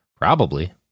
Probably